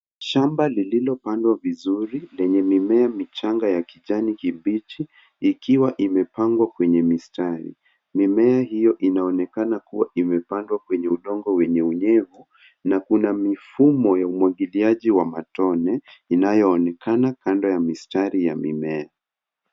Shamba lililopandwa vizuri lenye mimea michanga ya kijani kibichi ikiwa imepangwa kwenye mistari mimea hio inaonekana kuwa imepandwa kwenye udongo wenye unyevu na kuna mifumo ya umwagiliaji wa matone inayoonekana kando ya mistari ya mimea.